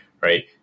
right